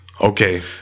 Okay